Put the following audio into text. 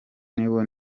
niwo